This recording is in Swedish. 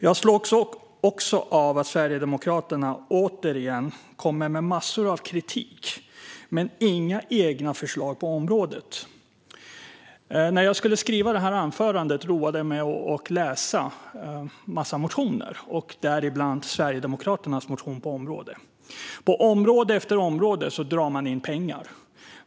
Jag slås också av att Sverigedemokraterna återigen kommer med massor av kritik men inga egna förslag på området. När jag skulle skriva mitt anförande roade jag mig med att läsa en mängd motioner, däribland Sverigedemokraternas motion i ämnet. På område efter område drar de in pengar.